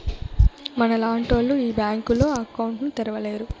మనలాంటోళ్లు ఈ బ్యాంకులో అకౌంట్ ను తెరవలేరు